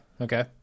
Okay